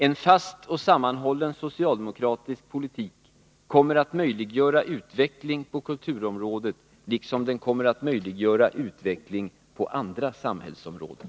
En fast och sammanhållen socialdemokratisk politik kommer att möjliggöra utveckling på kulturområdet liksom den kommer att möjliggöra utveckling på andra områden.